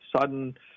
sudden